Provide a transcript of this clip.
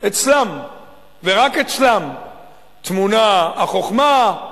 אצלם ורק אצלם טמונות החוכמה,